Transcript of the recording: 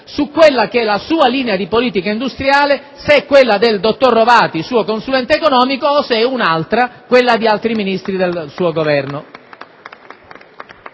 chiarezza sulla sua linea di politica industriale, se è quella del dottor Rovati suo consulente economico o se è un'altra, quella di altri ministri del suo Governo.